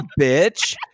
bitch